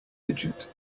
digit